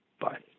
Bye